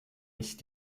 nicht